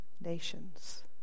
nations